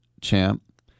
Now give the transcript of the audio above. champ